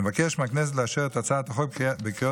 אני מבקש מהכנסת לאשר את הצעת החוק בקריאה